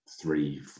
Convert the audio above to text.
three